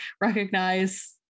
recognize